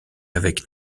avec